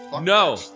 No